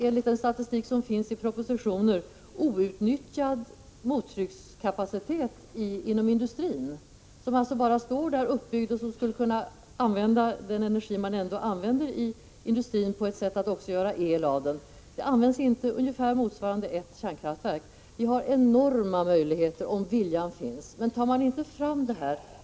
Enligt den statistik som finns i propositionen har vi inom industrin en outnyttjad mottryckskapacitet, som alltså bara står där uppbyggd och med vars hjälp den energi som förbrukas i industrin också skulle kunna användas att göra el av. Det är en resurs som ungefär motsvarar ett kärnkraftverk. Vi har enorma möjligheter, om viljan finns, och det gäller att ta vara på dem.